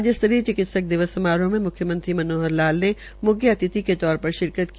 राज्य स्तरीय चिकित्सक दिवस समारोह में म्ख्यमंत्री मनोहर लाल ने म्ख्यातिथि के तौर प्रर शिरकत की